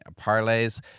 parlays